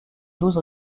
douze